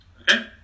Okay